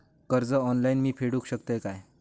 कर्ज ऑनलाइन मी फेडूक शकतय काय?